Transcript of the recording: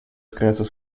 crianças